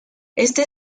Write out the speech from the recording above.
este